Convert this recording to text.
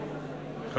תודה,